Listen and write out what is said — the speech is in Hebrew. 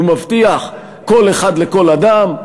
הוא מבטיח קול אחד לכל אדם,